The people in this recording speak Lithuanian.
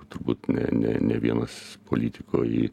turbūt ne ne ne vienas politikoj